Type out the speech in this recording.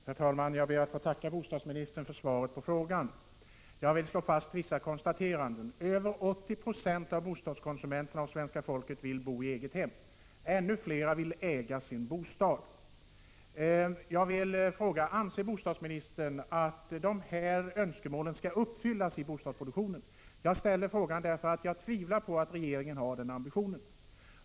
Herr talman! Jag ber att få tacka bostadsministerna för svaret på frågan. Jag vill slå fast vissa konstateranden. Över 80 96 av bostadskonsumenterna av svenska folket vill bo i eget hem. Ännu fler vill äga sin bostad. Anser bostadsministern att dessa önskemål skall uppfyllas i bostadsproduktionen? Jag ställer frågan därför att jag tvivlar på att regeringen har den ambitionen.